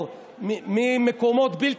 מי שנסע בנגב לפני 20 שנה ראה נגב אחד,